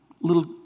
little